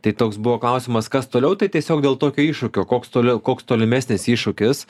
tai toks buvo klausimas kas toliau tai tiesiog dėl tokio iššūkio koks toliau koks tolimesnis iššūkis